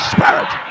Spirit